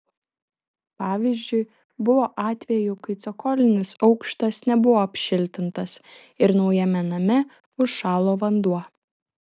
pavyzdžiui buvo atvejų kai cokolinis aukštas nebuvo apšiltintas ir naujame name užšalo vanduo